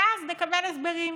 ואז נקבל הסברים.